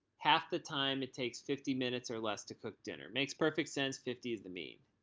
half the time it takes fifty minutes or less to cook dinner. makes perfect sense, fifty is the mean.